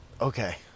Okay